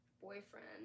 boyfriend